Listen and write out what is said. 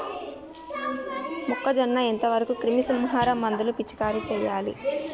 మొక్కజొన్న ఎంత వరకు క్రిమిసంహారక మందులు పిచికారీ చేయాలి?